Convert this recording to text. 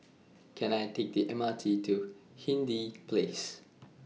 Can I Take The M R T to Hindhede Place